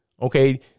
Okay